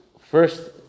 first